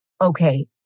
okay